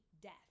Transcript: death